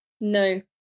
No